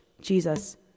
Jesus